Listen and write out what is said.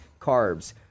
carbs